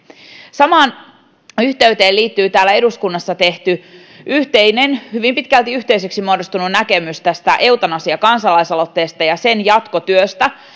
samaan yhteyteen liittyy täällä eduskunnassa tehty yhteinen hyvin pitkälti yhteiseksi muodostunut näkemys eutanasia kansalaisaloittesta ja sen jatkotyöstä